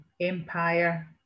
empire